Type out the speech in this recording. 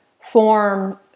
form